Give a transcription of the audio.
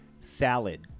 salad